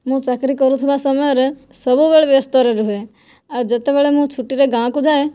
ମୁଁ ଚାକିରି କରୁଥିବା ସମୟରେ ସବୁବେଳେ ବ୍ୟସ୍ତରେ ରୁହେ ଆଉ ଯେତେବେଳେ ମୁଁ ଛୁଟିରେ ଗାଁକୁ ଯାଏ